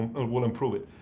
and we'll improve it.